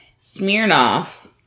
Smirnoff